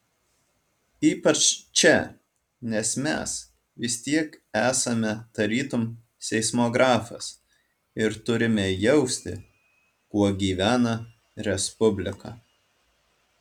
ypač čia nes mes vis tiek esame tarytum seismografas ir turime jausti kuo gyvena respublika